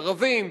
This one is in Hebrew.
ערבים,